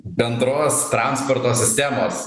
bendros transporto sistemos